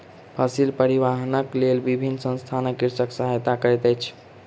फसिल परिवाहनक लेल विभिन्न संसथान कृषकक सहायता करैत अछि